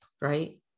right